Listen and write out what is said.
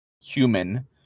human